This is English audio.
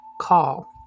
call